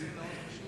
זה כנראה מאוד חשוב.